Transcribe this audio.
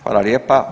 Hvala lijepa.